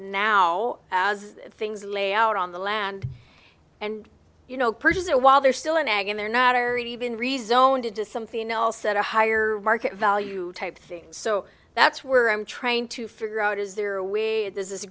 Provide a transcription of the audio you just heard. now as things lay out on the land and you know purchase there while they're still an egg and they're not or even rezoned it to something else at a higher market value type thing so that's where i'm trying to figure out is there a way this is a